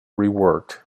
reworked